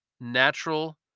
natural